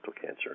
cancer